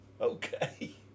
Okay